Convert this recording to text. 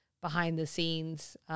behind-the-scenes